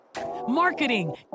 marketing